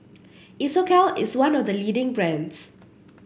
Isocal is one of the leading brands